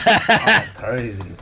crazy